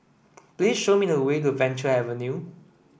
please show me the way to Venture Avenue